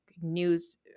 news